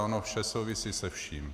Ono vše souvisí se vším.